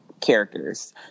characters